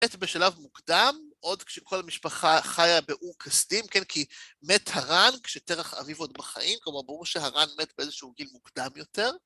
את בשלב מוקדם, עוד כשכל המשפחה חיה באור כשדים, כן? כי מת הרן כשתרח אביו עוד בחיים, כלומר, ברור שהרן מת באיזשהו גיל מוקדם יותר.